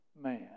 man